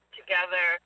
together